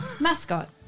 mascot